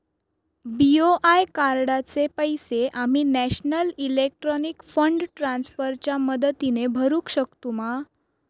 BOI कार्डाचे पैसे आम्ही नेशनल इलेक्ट्रॉनिक फंड ट्रान्स्फर च्या मदतीने भरुक शकतू मा?